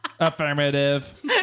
Affirmative